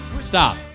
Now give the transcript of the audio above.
Stop